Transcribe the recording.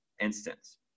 instance